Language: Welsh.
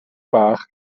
bach